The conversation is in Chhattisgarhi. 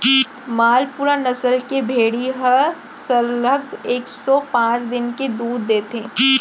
मालपुरा नसल के भेड़ी ह सरलग एक सौ पॉंच दिन ले दूद देथे